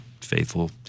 faithful